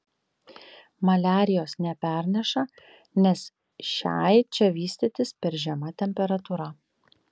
maliarijos neperneša nes šiai čia vystytis per žema temperatūra